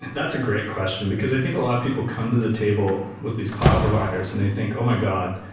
that's a great question, because i think a lot of people come to the table with these cloud providers and they think, oh, my god.